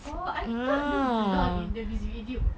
oh I thought dia blonde in the music video